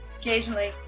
occasionally